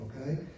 okay